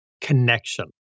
connection